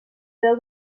déu